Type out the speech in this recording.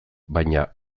baina